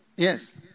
Yes